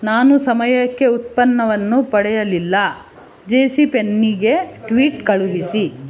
ನಾನು ಸಮಯಕ್ಕೆ ಉತ್ಪನ್ನವನ್ನು ಪಡೆಯಲಿಲ್ಲ ಜೆ ಸಿ ಪೆನ್ನಿಗೆ ಟ್ವೀಟ್ ಕಳುಹಿಸಿ